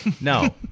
No